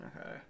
Okay